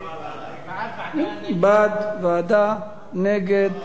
בעד, בעד, בעד, ועדה, נגד,